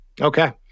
Okay